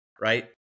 right